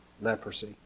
leprosy